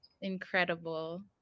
Incredible